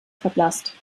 verblasst